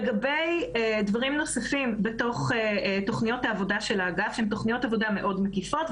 לגבי דברים נוספים בתוך תוכניות האגף: אלו תוכניות עבודה מאוד מקיפות,